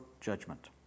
judgment